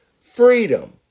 Freedom